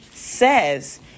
says